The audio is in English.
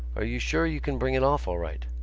are you sure you can bring it off all right?